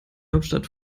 hauptstadt